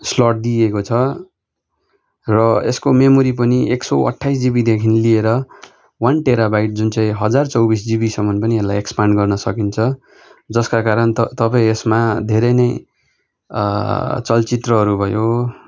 slot दिइएको छ र यसको मेमोरी पनि एक सय अठाइस जीबीदेखि लिएर वन टेरा बाइट जुन चाहिँ हजार चौबिस जीबीसम्म पनि यसलाई एक्सपान्ड गर्न सकिन्छ जसका कारण त तपाईँ यसमा धेरै नै चलचित्रहरू भयो